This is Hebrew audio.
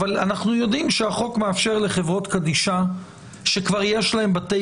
אבל אנחנו יודעים שהחוק מאפשר לחברות קדישא שיש להן כבר בתי